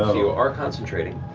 you are concentrating.